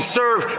serve